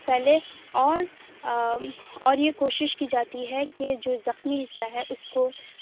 پھیلے اور اور یہ کوشش کی جاتی ہے کہ جو زخمی حصہ ہے اس کو